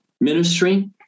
ministry